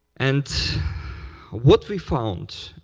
and what we found